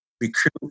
recruit